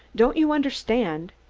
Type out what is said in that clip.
don't you understand?